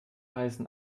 heißen